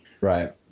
Right